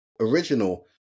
original